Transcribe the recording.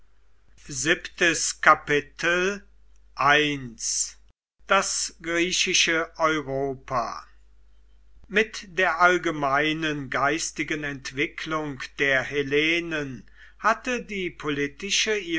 das griechische europa mit der allgemeinen geistigen entwicklung der hellenen hatte die politische